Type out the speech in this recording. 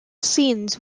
scenes